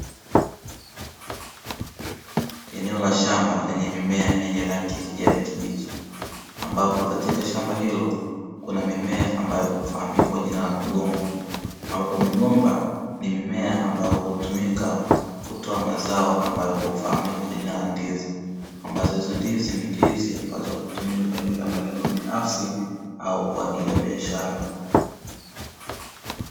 Eneo la shamba lenye mimea yenye rangi ya kijani kibichi ambapo katika shamba hilo kuna mimea ambayo hufahamika kwa jina la migomba, ambapo migomba ni mimea ambao hutumika kutoa mazao ambayo hufahamika kwa jina la ndizi, ambazo hizo ndizi ni ndizi ambazo hutumiwa kwa ajili ya malengo binafsi au kwa ajili ya biashara.